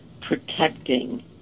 protecting